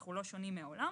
אנחנו לא שונים מהעולם,